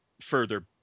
further